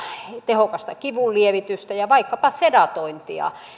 tehokasta kivunlievitystä ja vaikkapa sedatointia